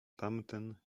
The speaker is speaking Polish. tamten